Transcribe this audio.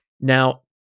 Now